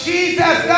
Jesus